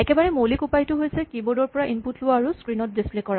একেবাৰে মৌলিক উপায়টো হৈছে কীবৰ্ড ৰ পৰা ইনপুট লোৱা আৰু স্ক্ৰীন ত ডিচপ্লে কৰা